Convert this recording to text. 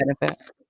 benefit